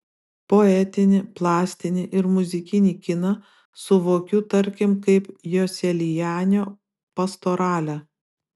poetinį plastinį ir muzikinį kiną suvokiu tarkim kaip joselianio pastoralę